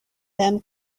them